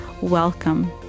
Welcome